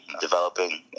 developing